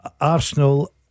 Arsenal